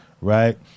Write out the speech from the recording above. right